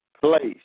place